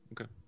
okay